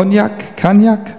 קוניאק, קניאק?